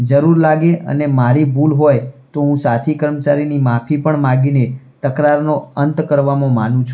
જરૂર લાગે અને મારી ભૂલ હોય તો હું સાથી કર્મચારીની માફી પણ માંગીને તકરારનો અંત કરવામાં માનું છું